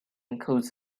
includes